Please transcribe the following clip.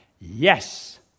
yes